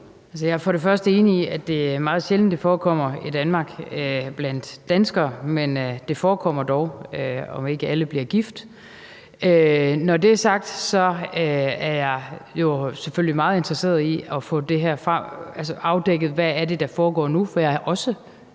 Jeg er enig i, at det er meget sjældent, at det forekommer i Danmark blandt danskere, men det forekommer dog, om end ikke alle bliver gift. Når det er sagt, er jeg jo selvfølgelig meget interesseret i at få afdækket, hvad det er, der foregår nu, for jeg er også